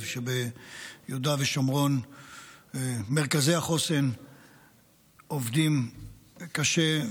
שביהודה ושומרון מרכזי החוסן עובדים קשה,